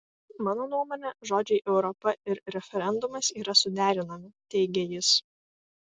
mano nuomone žodžiai europa ir referendumas yra suderinami teigė jis